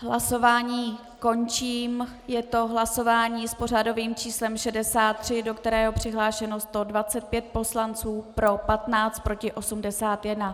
Hlasování končím, je to hlasování s pořadovým číslem 63, do kterého je přihlášeno 125 poslanců, pro 15, proti 81.